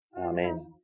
Amen